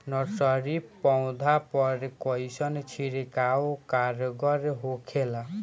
Nursery पौधा पर कइसन छिड़काव कारगर होखेला?